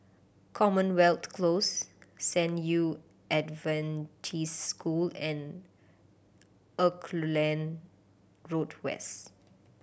Commonwealth Close San Yu Adventist School and Auckland Road West